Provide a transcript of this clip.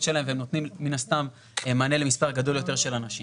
שלהם והם נותנים מן הסתם מענה למספר גדול יותר של אנשים.